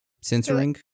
Censoring